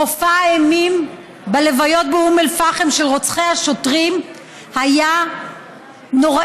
מופע האימים בלוויות באום אל-פחם של רוצחי השוטרים היה נוראי.